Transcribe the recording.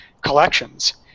collections